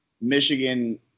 Michigan